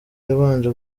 yabanje